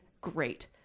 great